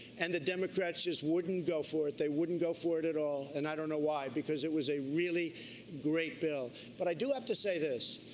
and the democrats just wouldn't go for it. they wouldn't go for it at all. and i don't know why, because it was a really great bill. but i do have to say this.